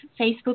Facebook